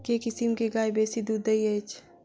केँ किसिम केँ गाय बेसी दुध दइ अछि?